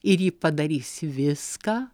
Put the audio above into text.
ir ji padarys viską